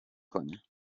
کنه